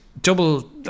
double